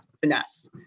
finesse